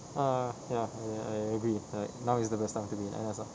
ah ya I I agree like now is the best time to be in N_S lah